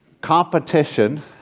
competition